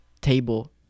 table